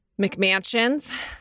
McMansions